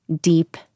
deep